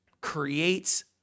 creates